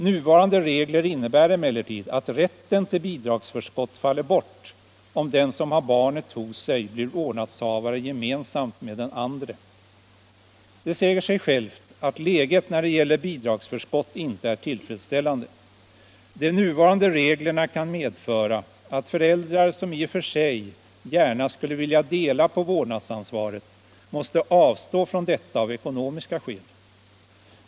Nuvarande regler innebär emellertid att rätten till bidragsförskott faller bort om den som har barnet hos sig blir vårdnadshavare gemensamt med den andre. Det säger sig självt att läget när det gäller bidragsförskott inte är tillfredsställande. De nuvarande reglerna kan medföra att föräldrar som i och för sig gärna skulle vilja dela på vårdnadsansvaret måste avstå från detta av ekonomiska skäl.